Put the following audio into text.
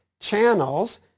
channels